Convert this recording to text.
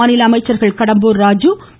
மாநில அமைச்சர்கள் கடம்பூர் ராஜீ வி